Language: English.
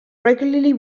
regularly